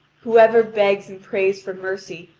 whoever begs and prays for mercy,